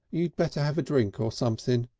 you'd better have a drink of something.